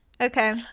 okay